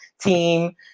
team